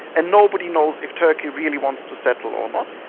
and nobody knows if turkey really wants to settle or not.